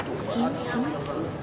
זאת תופעה, .